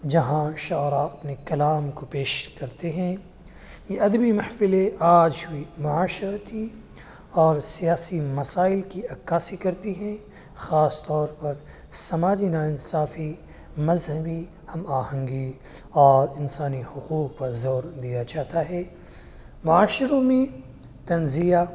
جہاں شعراء اپنے کلام کو پیش کرتے ہیں یہ ادبی محفلیں آج بھی معاشرتی اور سیاسی مسائل کی عکاسی کرتی ہیں خاص طور پر سماجی ناانصافی مذہبی ہم آہنگی اور انسانی حقوق پر زور دیا جاتا ہے مشاعروں میں طنزیہ